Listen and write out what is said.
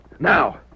Now